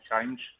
change